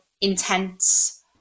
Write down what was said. intense